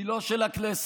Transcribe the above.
היא לא של הכנסת.